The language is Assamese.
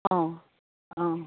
অঁ অঁ